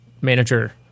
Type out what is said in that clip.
manager –